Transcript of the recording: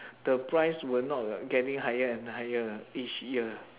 the price will not uh getting higher and higher uh each year